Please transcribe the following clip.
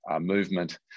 movement